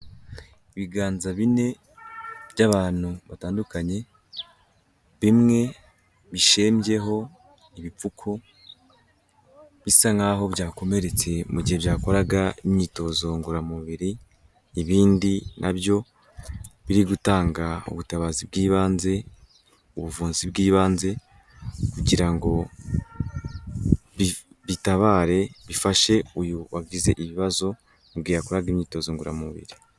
Ibiganza bine by'abantu batandukanye, bimwe bishembyeho ibipfuko bisa nkaho byakomeretse mu gihe byakoraga imyitozo ngoramubiri, ibindi nabyo biri gutanga ubutabazi bw'ibanze, ubuvuzi bw'ibanze, kugira ngo bitabare, bifashe uyu wagize ibibazo mu gihe yakoraga imyitozo ngoramubiri.